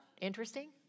interesting